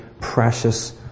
precious